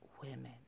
women